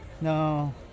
No